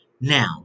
Now